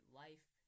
life